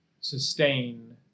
sustain